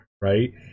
right